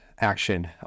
action